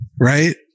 Right